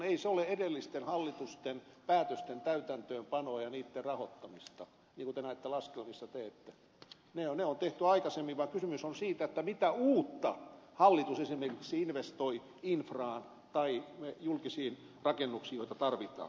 ei se ole edellisten hallitusten päätösten täytäntöönpanoa ja niiden rahoittamista niin kuin te laskelmissanne teette ne on tehty aikaisemmin vaan kysymys on siitä mitä uutta hallitus esimerkiksi investoi infraan tai julkisiin rakennuksiin joita tarvitaan